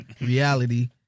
reality